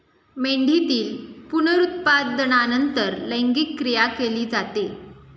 मेंढीतील पुनरुत्पादनानंतर लैंगिक क्रिया केली जाते